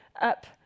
up